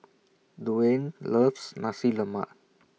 Duane loves Nasi Lemak